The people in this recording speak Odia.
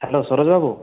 ହ୍ୟାଲୋ ସରୋଜ ବାବୁ